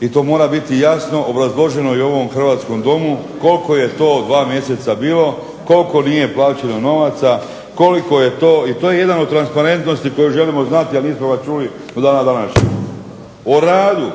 i to mora biti jasno obrazloženo i u ovom hrvatskom Domu koliko je to 2 mjeseca bio, koliko nije plaćeno novaca, koliko je to i to je jedan od transparentnosti koji želimo znati, a nismo ga čuli do dana današnjeg. O radu,